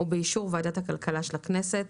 ובאישור ועדת הכלכלה של הכנסת